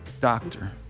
doctor